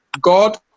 God